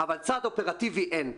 אבל צעד אופרטיבי אין.